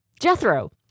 Jethro